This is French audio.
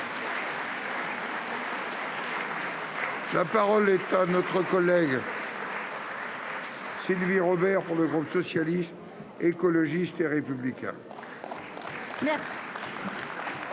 La parole est à Mme Sylvie Robert, pour le groupe Socialiste, Écologiste et Républicain.